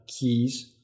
keys